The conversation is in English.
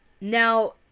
now